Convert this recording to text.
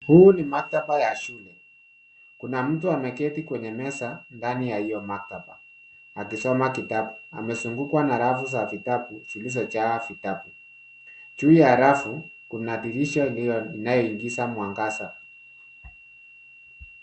Huu ni maktaba ya shule. Kuna mtu ameketi kwenye meza ndani ya hiyo maktaba akisoma kitabu. Amezungukwa na rafu za vitabu zilizojaa vitabu. Juu ya rafu kuna dirisha inayoingiza mwangaza.